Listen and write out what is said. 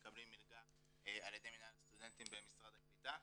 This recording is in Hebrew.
מקבלים מלגה על ידי מינהל הסטודנטים במשרד הקליטה,